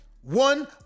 one